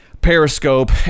periscope